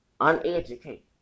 uneducated